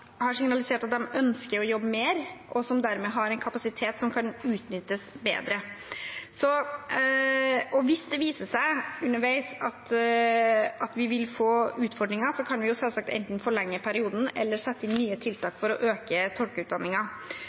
har signalisert at de ønsker å jobbe mer, og som dermed har en kapasitet som kan utnyttes bedre. Hvis det viser seg underveis at vi vil få utfordringer, kan vi selvsagt enten forlenge perioden eller sette inn nye tiltak for å